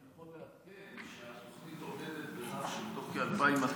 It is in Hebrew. אני יכול לעדכן שהתוכנית עומדת ברף שמתוך כ-2,200